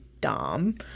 dom